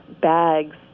bags